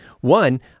One